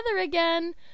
again